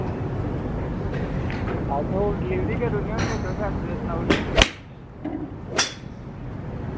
अच्छा तुस डिलीबरी करी ओड़ने होने ऑर्डर सनाई ओड़ेओ